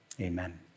amen